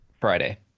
friday